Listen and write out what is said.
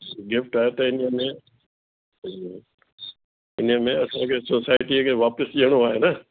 gift आहे त हिन में हिन में असांखे सोसाएटीअ खे वापसि ॾियणो आहे न